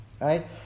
Right